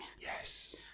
yes